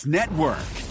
Network